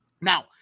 Now